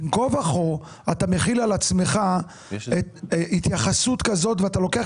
בין כה וכה אתה מחיל על עצמך התייחסות כזאת ואתה לוקח